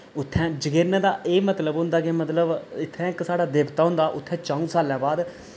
उत्थैं जगेरन दा एह् मतलब होंदा के मतलब इत्थें इक साढ़ा देवता होंदा उत्थें चाऊं सालै बाद